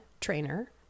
trainer